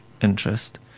interest